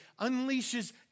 unleashes